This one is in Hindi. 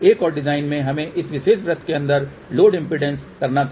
एक और डिज़ाइन में हमें इस विशेष वृत्त के अंदर लोड इम्पीडेन्स करना था